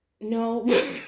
No